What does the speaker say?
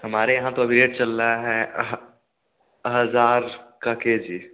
हमारे यहाँ तो अभी यह चल रहा है हज़ार का के जी